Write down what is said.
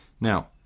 now